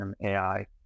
AI